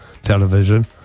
television